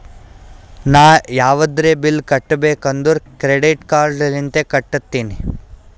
ನಾ ಯಾವದ್ರೆ ಬಿಲ್ ಕಟ್ಟಬೇಕ್ ಅಂದುರ್ ಕ್ರೆಡಿಟ್ ಕಾರ್ಡ್ ಲಿಂತೆ ಕಟ್ಟತ್ತಿನಿ